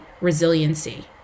resiliency